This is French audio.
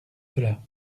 cela